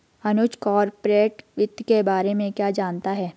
अनुज corporate वित्त के बारे में क्या जानता है?